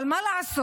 אבל מה לעשות,